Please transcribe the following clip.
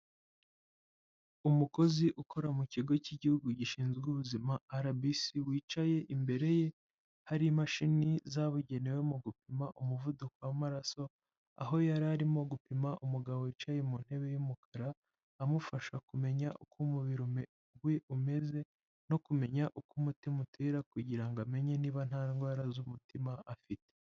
Umukozi ukora mu kigo cy'igihugu gishinzwe ubuzima RBC wicaye, imbere ye hari imashini zabugenewe mu gupima umuvuduko w'amaraso, aho yari arimo gupima umugabo wicaye mu ntebe y'umukara, amufasha kumenya uko umubiri we umeze no kumenya uko umutima utera, kugira amenye niba nta ndwara z'umutima afite.